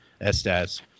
estas